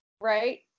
right